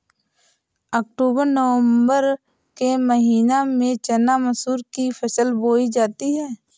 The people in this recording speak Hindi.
अक्टूबर नवम्बर के महीना में चना मसूर की फसल बोई जाती है?